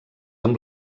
amb